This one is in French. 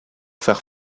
faire